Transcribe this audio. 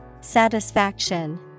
Satisfaction